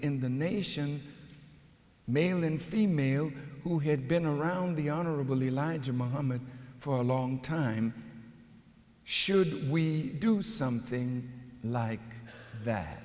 in the nation male and female who had been around the honorable elijah muhammad for a long time should we do something like that